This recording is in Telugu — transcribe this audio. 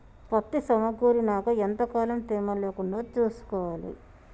పత్తి సమకూరినాక ఎంత కాలం తేమ లేకుండా చూసుకోవాలి?